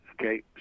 Okay